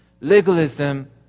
legalism